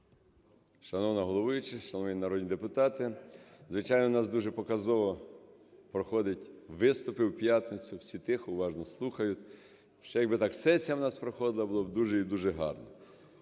Шановна головуюча! Шановні народні депутати! Звичайно, у нас дуже показово проходять виступи у п'ятницю, всі тихо, уважно слухають. Ще якби так сесія в проходила, було б дуже і дуже гарно.